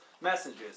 messages